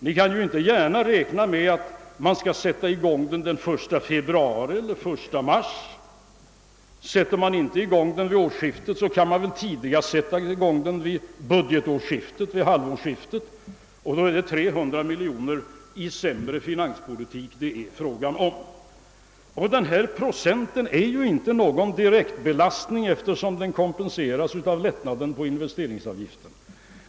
Ni kan ju inte gärna räkna med att man skall börja med arbetsgivaravgift från den 1 februari eller den 1 mars. Inför man den inte vid årsskiftet, kan man väl tidigast göra den tillämplig från budgetårsskiftet, och då blir det fråga om en 300 miljoner svagare budget. Denna avgift innebär emellertid inte någon direkt belastning på näringslivet eftersom den kompenseras av lättnader i fråga om investeringsavgiften.